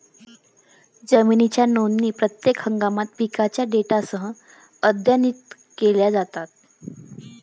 जमिनीच्या नोंदी प्रत्येक हंगामात पिकांच्या डेटासह अद्यतनित केल्या जातात